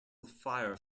fire